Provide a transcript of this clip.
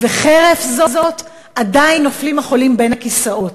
וחרף זאת עדיין נופלים החולים בין הכיסאות.